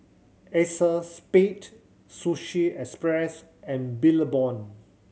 Acexspade Sushi Express and Billabong